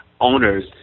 owners